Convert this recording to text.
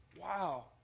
Wow